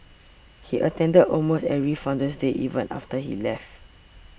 he attended almost every Founder's Day even after he left